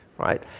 right.